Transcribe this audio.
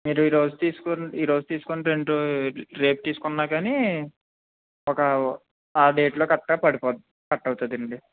మీరు ఈరోజు తీసుకుని ఈరోజు తీసుకుని రెండు రేపు తీసుకున్నా కానీ ఒక ఆ డేట్లో కరెక్ట్గా పడిపోదా కట్ అవుతుంది అండి